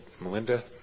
Melinda